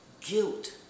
guilt